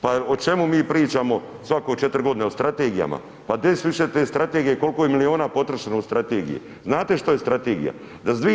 Pa o čemu mi pričamo svako 4 godine, o strategijama, pa gdje su više te strategije, koliko je miliona potrošeno u strategije, znate što je strategija, da su 2/